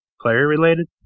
player-related